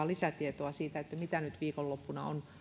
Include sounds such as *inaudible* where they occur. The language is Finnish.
*unintelligible* lisätietoja siitä mitä nyt viikonloppuna on